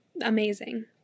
amazing